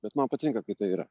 bet man patinka kai tai yra